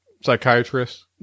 psychiatrist